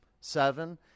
seven